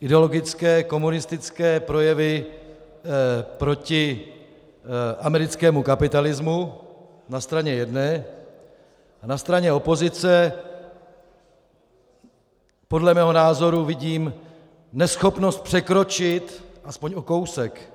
Ideologické komunistické projevy proti americkému kapitalismu na straně jedné a na straně opozice podle mého názoru vidím neschopnost překročit aspoň o kousek